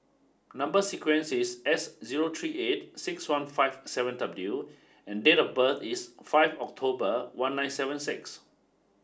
number sequence is S zero three eight six one five seven W and date of birth is five October one nine seven six